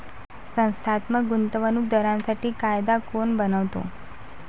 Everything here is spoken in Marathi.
संस्थात्मक गुंतवणूक दारांसाठी कायदा कोण बनवतो?